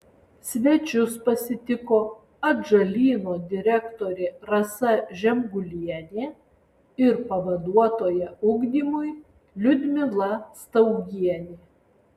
svečius pasitiko atžalyno direktorė rasa žemgulienė ir pavaduotoja ugdymui liudmila staugienė